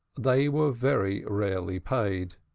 they were very rarely paid.